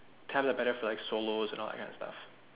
tabs are better for like solos and that kind of stuff